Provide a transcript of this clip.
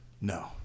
No